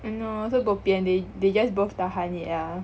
so bo pian they they just both tahan it ah